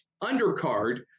undercard